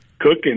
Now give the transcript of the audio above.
cooking